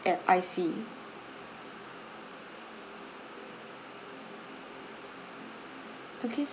uh I_C okay